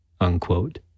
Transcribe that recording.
unquote